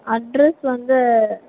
address வந்து